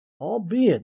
Albeit